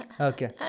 Okay